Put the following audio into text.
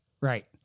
right